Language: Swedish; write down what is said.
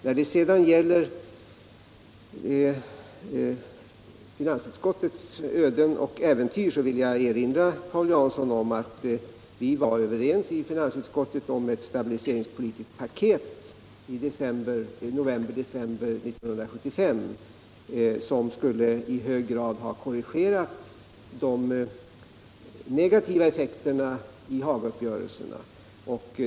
När det sedan gäller finansutskottets öden och äventyr vill jag erinra Paul Jansson om att vi i finansutskottet i november-december 1975 var överens om ett stabiliseringspolitiskt program, som i hög grad skulle ha korrigerat de negativa effekterna av Hagauppgörelserna.